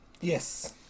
Yes